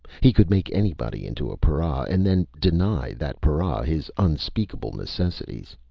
he could make anybody into a para, and then deny that para his unspeakable necessities.